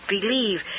believe